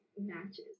matches